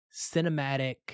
cinematic